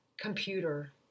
computer